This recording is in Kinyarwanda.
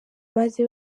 maze